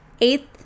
eighth